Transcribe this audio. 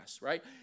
right